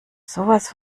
sowas